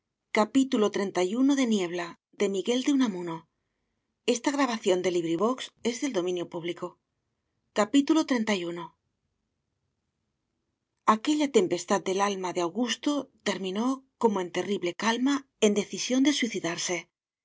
cavilaciones xxxi aquella tempestad del alma de augusto terminó como en terrible calma en decisión de suicidarse